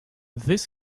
this